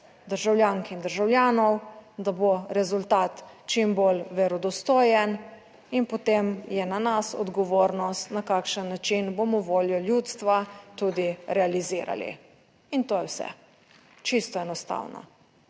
državljank in državljanov. Da bo rezultat čim bolj verodostojen in potem je na nas odgovornost na kakšen način bomo voljo ljudstva tudi realizirali in to je vse. Čisto enostavno.